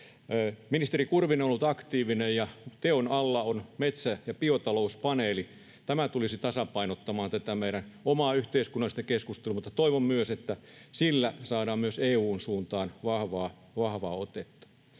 Ministeri Kurvinen on ollut aktiivinen, ja teon alla on metsä- ja biotalouspaneeli. Tämä tulisi tasapainottamaan tätä meidän omaa yhteiskunnallista keskusteluamme, mutta toivon, että sillä saadaan myös EU:n suuntaan vahvaa otetta.